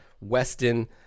Weston